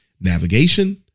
navigation